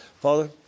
Father